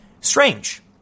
Strange